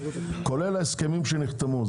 כולל ההסכמים שנחתמו.